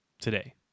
Today